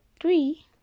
three